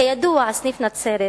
כידוע, סניף נצרת